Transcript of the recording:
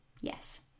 yes